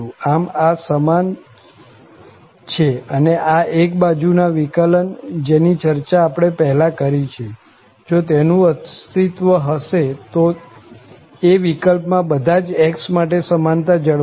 આમ આ સમાન છે અને આ એક બાજુ ના વિકલન જેની ચર્ચા આપણે પહેલા કરી છે જો તેનું અસ્તિત્વ હશે તો એ વિકલ્પમાં બધા જ x માટે સમાનતા જળવાશે